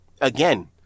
again